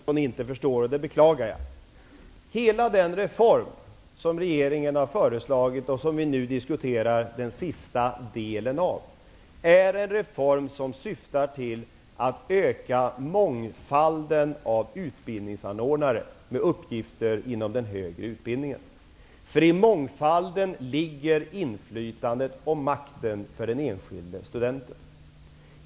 Fru talman! Jag förstår att Björn Samuelson inte förstår. Det beklagar jag. Hela den reform som regeringen har föreslagit och som vi nu diskuterar den sista delen av syftar till att öka mångfalden av utbildningsanordnare med uppgifter inom den högre utbildningen. I mångfalden ligger inflytandet och makten för den enskilde studenten.